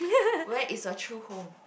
where is a true home